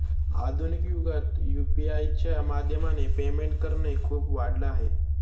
आधुनिक युगात यु.पी.आय च्या माध्यमाने पेमेंट करणे खूप वाढल आहे